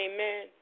Amen